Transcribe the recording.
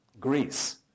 Greece